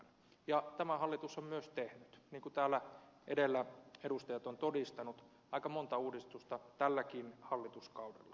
ja tämä hallitus on myös tehnyt niin kuin täällä edellä edustajat ovat todistaneet aika monta uudistusta tälläkin hallituskaudella